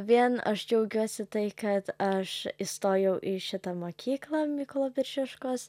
vien aš džiaugiuosi tai kad aš įstojau į šitą mokyklą mykolo biržiškos